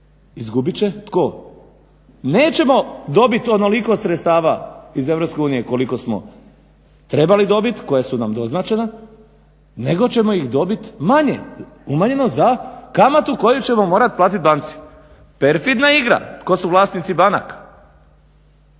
izgubit će tko? Nećemo dobiti onoliko sredstava iz EU koliko smo trebali dobiti koja su nam doznačena nego ćemo ih dobiti manje, umanjeno za kamatu koju ćemo morati platiti banci. Perfidna igra. Tko su vlasnici banaka?